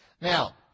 Now